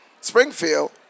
Springfield